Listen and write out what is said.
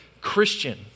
Christian